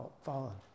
fallen